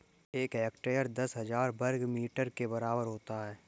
एक हेक्टेयर दस हजार वर्ग मीटर के बराबर होता है